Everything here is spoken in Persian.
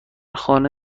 خانه